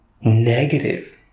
negative